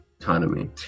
economy